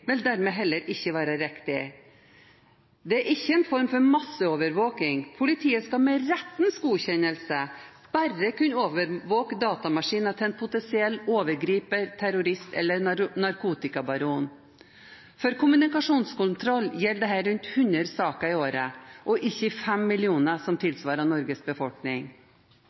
vil dermed heller ikke være riktig. Det er ikke en form for masseovervåking. Politiet skal med rettens godkjennelse bare kunne overvåke datamaskinen til en potensiell overgriper, terrorist eller narkotikabaron. For kommunikasjonskontroll gjelder dette rundt 100 saker i året, og ikke 5 millioner, som tilsvarer Norges befolkning.